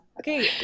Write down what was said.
Okay